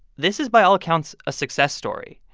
this is by all accounts a success story.